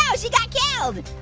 yeah she got killed.